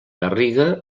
garriga